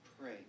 pray